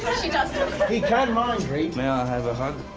she does talk. he can mind read. may i have a hug?